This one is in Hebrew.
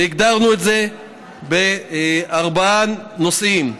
והגדרנו את זה בארבעה נושאים.